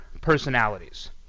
personalities